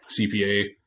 CPA